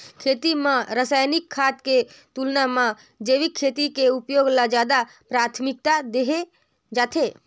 खेती म रसायनिक खाद के तुलना म जैविक खेती के उपयोग ल ज्यादा प्राथमिकता देहे जाथे